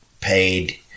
paid